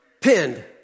pinned